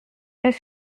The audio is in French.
est